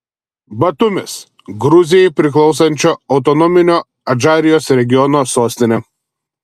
batumis gruzijai priklausančio autonominio adžarijos regiono sostinė